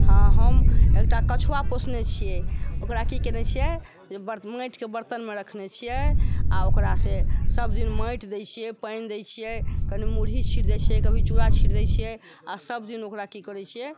हँ हम एकटा कछुआ पोषने छियै ओकरा की केने छियै जे माटिके बर्तनमे रखने छियै आओर ओकरासँ सबदिन माटि दै छियै पानि दै छियै कनी मुरही छिट दै छियै कभी चूड़ा छिट दै छियै आओर सबदिन ओकरा की करै छियै